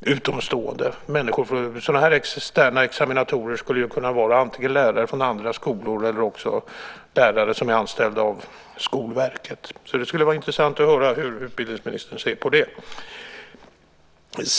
utomstående. Externa examinatorer skulle kunna vara antingen lärare från andra skolor eller lärare som är anställda av Skolverket. Det skulle vara intressant att höra hur utbildningsministern ser på det.